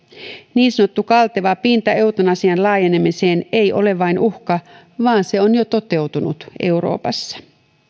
niin sanottu kalteva pinta eutanasian laajenemiseen ei ole vain uhka vaan se on jo toteutunut euroopassa